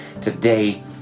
today